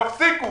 תפסיקו.